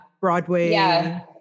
Broadway